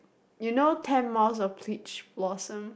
you know ten miles of peach blossom